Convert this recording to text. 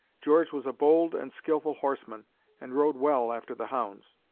george was a bold and skillful horseman and rode well after the hounds.